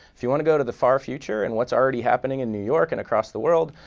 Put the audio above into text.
if you want to go to the far future and what's already happening in new york and across the world,